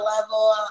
level